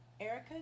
Erica